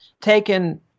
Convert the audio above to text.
taken